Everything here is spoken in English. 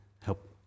help